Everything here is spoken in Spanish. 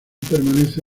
permanece